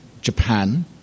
Japan